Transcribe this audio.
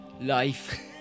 life